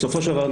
בסופו של דבר,